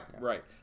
right